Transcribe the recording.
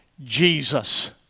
Jesus